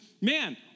man